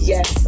Yes